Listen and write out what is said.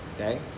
okay